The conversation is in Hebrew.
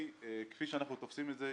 כפי שאנחנו תופסים את זה,